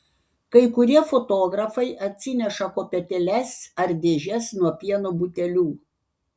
kai kurie fotografai atsineša kopėtėles ar dėžes nuo pieno butelių